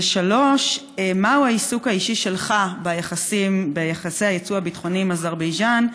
ושאלה שלישית: מהו העיסוק האישי שלך ביחסי היצוא הביטחוני עם אזרבייג'ן,